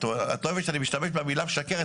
את לא אוהבת שאני משתמש במילה 'משקרת'